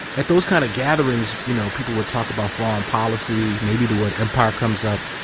at those kind of gatherings, you know people would talk about foreign policy, maybe the word empire comes up,